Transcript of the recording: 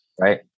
Right